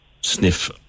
sniff